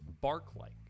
bark-like